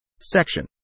Section